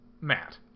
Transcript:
Matt